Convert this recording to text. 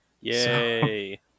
Yay